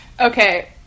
Okay